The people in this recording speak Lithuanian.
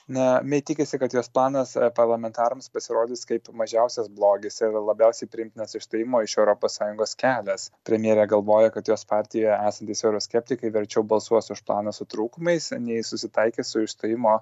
na mei tikisi kad jos planas yra parlamentarams pasirodys kaip mažiausias blogis ir labiausiai priimtinas išstojimo iš europos sąjungos kelias premjerė galvoja kad jos partijoje esantys euroskeptikai verčiau balsuos už planą su trūkumais nei susitaikys su išstojimo